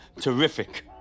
terrific